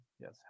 Yes